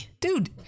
dude